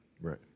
Right